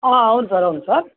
అవును సార్ అవును సార్